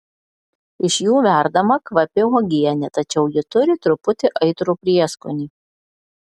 iš jų verdama kvapi uogienė tačiau ji turi truputį aitrų prieskonį